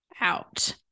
out